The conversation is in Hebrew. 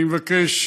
אני מבקש,